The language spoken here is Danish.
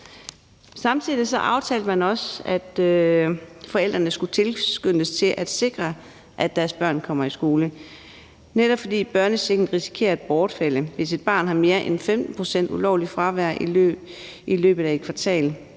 Samtidig aftalte man også, at forældrene skulle tilskyndes til at sikre, at deres børn kommer i skole – netop ved at børnechecken risikerer at bortfalde, hvis et barn har mere end 15 pct. ulovligt fravær i løbet af et kvartal.